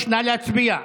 נא להצביע.